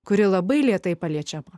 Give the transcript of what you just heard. kuri labai lėtai paliečiama